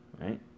right